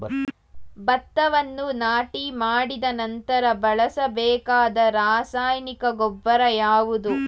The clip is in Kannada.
ಭತ್ತವನ್ನು ನಾಟಿ ಮಾಡಿದ ನಂತರ ಬಳಸಬೇಕಾದ ರಾಸಾಯನಿಕ ಗೊಬ್ಬರ ಯಾವುದು?